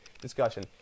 discussion